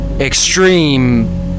extreme